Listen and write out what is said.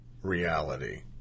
reality